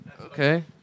Okay